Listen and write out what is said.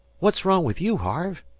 what's wrong with you, harve?